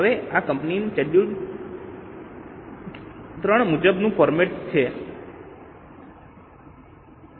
હવે આ કંપની એક્ટના શેડ્યૂલ III મુજબનું ફોર્મેટ હતું